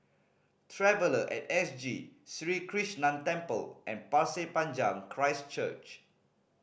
Traveller At S G Sri Krishnan Temple and Pasir Panjang Christ Church